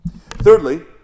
Thirdly